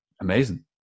amazing